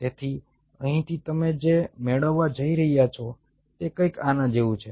તેથી અહીંથી તમે જે મેળવવા જઈ રહ્યા છો તે કંઈક આના જેવું છે